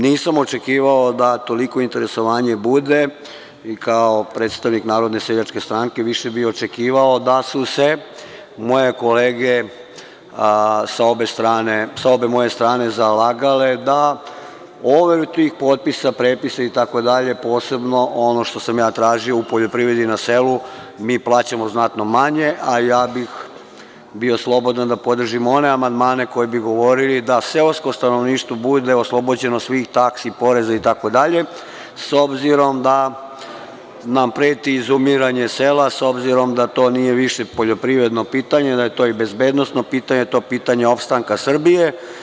Nisam očekivao da toliko interesovanje bude i kao predstavnik Narodne seljačke stranke više bio očekivao da su se moje kolege sa obe moje strane zalagale da overu tih potpisa, prepisa, itd. posebno, ono što sam ja tražio u poljoprivredi, na selu, mi plaćamo znatno manje, a ja bih bio slobodan da podržim one amandmane koji bi govorili da seosko stanovništvo bude oslobođeno svih taksi, preza, itd, s obzirom da nam preti izumiranje sela, s obzirom da to nije više poljoprivredno pitanje, da je to i bezbednosno pitanje, to je pitanje opstanka Srbije.